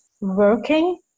working